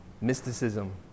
mysticism